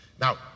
now